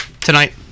tonight